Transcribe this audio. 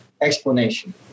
explanation